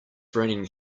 raining